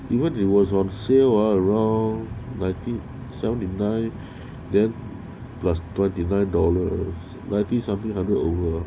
you want it was on sale around nineteen seventy nine then plus twenty nine dollars ninety seventeen hundred over